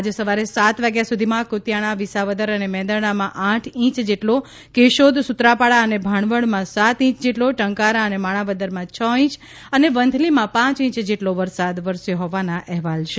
આજે સવારે સાત વાગ્યા સુધીમાં કુતિયાણા વિસાવદર અને મેંદરડામાં આઠ ઈંચ જેટલો કેશોદ સુત્રાપાડા અને ભાણવડમાં સાત ઈંચ જેટલો ટંકારા અને માણાવદર છ ઈંચ અને વંથલીમાં પાંચ ઈંચ જેટલો વરસાદ વરસ્યો હોવાના અહેવાલો છે